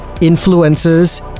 influences